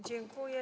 Dziękuję.